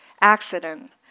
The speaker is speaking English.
accident